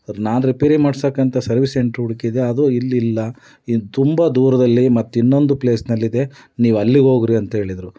ನಾನು ರಿಪೇರಿ ಮಾಡ್ಸಕೆ ಅಂತ ಸರ್ವಿಸ್ ಸೆಂಟ್ರ್ ಹುಡ್ಕಿದೆ ಅದು ಇಲ್ಲಿಲ್ಲ ಇದು ತುಂಬ ದೂರದಲ್ಲಿ ಮತ್ತೆ ಇನ್ನೊಂದು ಪ್ಲೇಸಿನಲ್ಲಿದೆ ನೀವು ಅಲ್ಲಿಗೆ ಹೋಗ್ರಿ ಅಂತ ಹೇಳಿದ್ರು